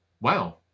wow